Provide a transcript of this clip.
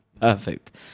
Perfect